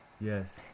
Yes